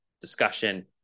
discussion